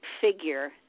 figure